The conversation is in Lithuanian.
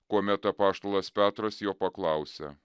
kuomet apaštalas petras jo paklausia